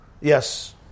Yes